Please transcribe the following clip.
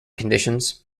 conditions